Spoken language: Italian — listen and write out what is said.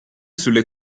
sulle